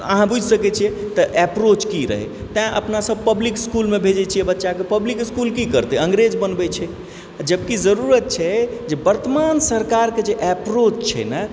अहाँ बुझि सकय छियै तऽ एप्रोच की रहय तैं अपना सब पब्लिक इसकुलमे भेजय छियै बच्चाके पब्लिक इसकुल की करतय अंग्रेज बनबय छै जबकि जरूरत छै जे वर्तमान सरकारके जे एप्रोच छै ने